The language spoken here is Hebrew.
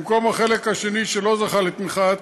במקום החלק השני, שלא זכה לתמיכת